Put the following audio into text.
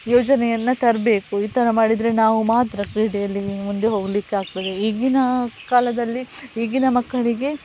ಯೋಜನೆಯನ್ನು ತರಬೇಕು ಈ ಥರ ಮಾಡಿದರೆ ನಾವು ಮಾತ್ರ ಕ್ರೀಡೆಯಲ್ಲಿ ಮುಂದೆ ಹೋಗಲಿಕ್ಕಾಗ್ತದೆ ಈಗಿನ ಕಾಲದಲ್ಲಿ ಈಗಿನ ಮಕ್ಕಳಿಗೆ